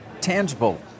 tangible